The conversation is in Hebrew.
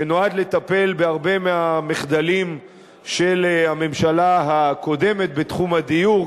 נועד לטפל בהרבה מהמחדלים של הממשלה הקודמת בתחום הדיור,